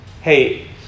hey